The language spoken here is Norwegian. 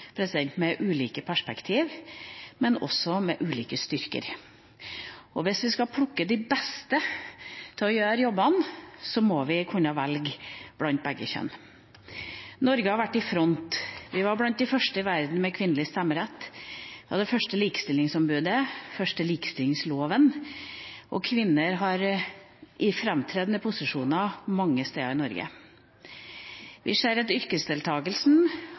samfunnet, med ulike perspektiv, men også med ulike styrker. Hvis vi skal plukke de beste til å gjøre jobbene, må vi kunne velge blant begge kjønn. Norge har vært i front. Vi var blant de første i verden med kvinnelig stemmerett, vi hadde det første likestillingsombudet og den første likestillingsloven, og kvinner har framtredende posisjoner mange steder i Norge. Vi ser at yrkesdeltakelsen